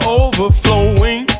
overflowing